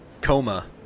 coma